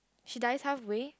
she dies halfway